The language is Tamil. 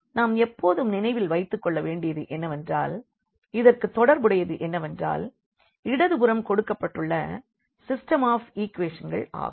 நாம் எப்பொழுதும் நினைவில் வைத்துக்கொள்ள வேண்டியது என்னவென்றால் இதற்கு தொடர்புடையது என்னவென்றால் இடதுபுறம் கொடுக்கபட்டுள்ள சிஸ்டெம் ஆப் ஈக்குவேஷன்கள் ஆகும்